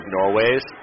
Norway's